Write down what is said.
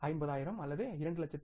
5 லட்சம் அல்லது 2